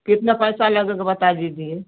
कितना पैसा लगेगा बता दीजिए